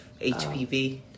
HPV